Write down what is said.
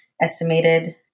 estimated